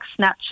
Snapchat